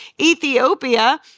Ethiopia